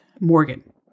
Morgan